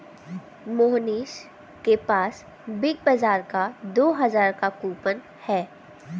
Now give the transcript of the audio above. मोहनीश के पास बिग बाजार का दो हजार का कूपन है